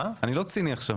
גם אני לא,